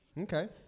Okay